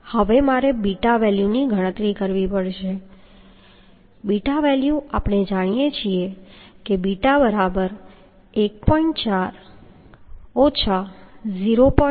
હવે મારે બીટા વેલ્યુની ગણતરી કરવી પડશે બીટા વેલ્યુ આપણે જાણીશું કે 𝛽1